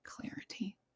Clarity